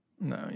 No